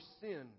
sin